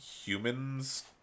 humans